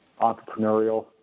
entrepreneurial